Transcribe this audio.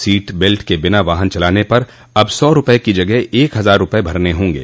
seat belt के बिना वाहन चलाने पर अब सौ रुपये की जगह एक हजार रुपये भरने होंगे